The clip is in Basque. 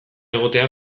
egotea